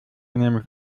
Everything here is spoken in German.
nämlich